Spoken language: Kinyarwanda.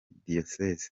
diyoseze